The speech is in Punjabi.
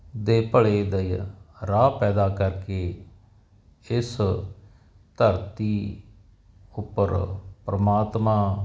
ਤੇ ਭਲੇ ਦਾ ਹੀ ਰਾਹ ਪੈਦਾ ਕਰਕੇ ਇਸ ਧਰਤੀ ਉੱਪਰ ਪਰਮਾਤਮਾ